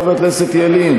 חבר הכנסת ילין?